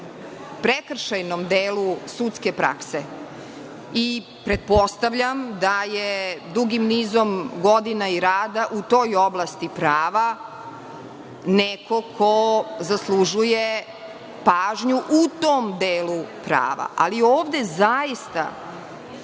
prekršajnom delu sudske prakse i pretpostavljam da je dugim nizom godina i rada u toj oblasti prava neko ko zaslužuje pažnju u tom delu prava. Ali ovde zaista